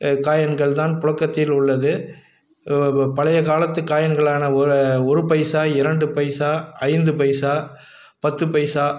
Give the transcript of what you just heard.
காயின்கள் தான் புழக்கத்தில் உள்ளது ப பழையை காலத்து காயின்களானா ஒரு ஒரு பைசா இரண்டு பைசா ஐந்து பைசா பத்து பைசா